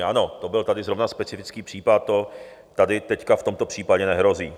Ano, to byl tady zrovna specifický případ, to tady teď v tomto případě nehrozí.